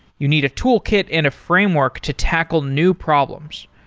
you need a toolkit and a framework to tackle new problems.